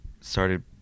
started